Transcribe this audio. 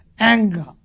Anger